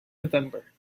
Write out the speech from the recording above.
november